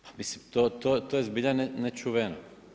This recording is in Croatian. Pa mislim to je zbilja nečuveno.